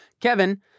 Kevin